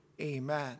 Amen